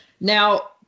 Now